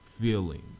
feeling